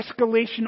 escalation